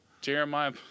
Jeremiah